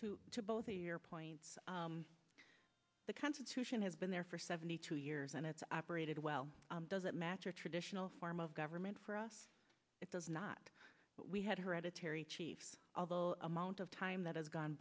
yes to both of your points the constitution has been there for seventy two years and it's operated well does it match your traditional form of government for us it does not but we had hereditary chief although amount of time that has gone